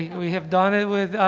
we and we have done it with,